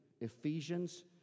Ephesians